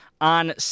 On